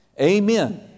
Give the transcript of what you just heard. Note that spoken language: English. Amen